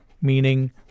meaning